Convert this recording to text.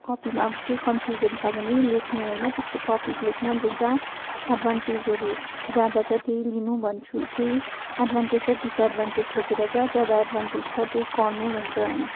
कपीमा अब केही कन्फ्युजन छ भने लेख्नु होइन त्यसको टपिक लेख्नु अन्त जहाँ एडभान्टेजहरू ज्यादा छ त्यही लिनु भन्छु त्यही एडभान्टेज र डिसएडभान्टेज लेखेर जहाँ ज्यादा एडभान्टेज छ त्यही पढ्नु भन्छ